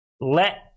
let